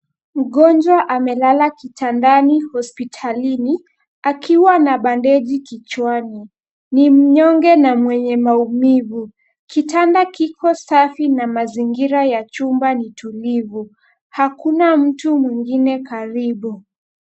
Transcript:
Mgonjwa amelala kitandani hospitalini, akiwa na bandeji kichwani. Ni mnyonge na mwenye maumivu. Kitanda kiko safi na mazingira ya chumba ni tulivu. Hakuna mtu mwingine karibu.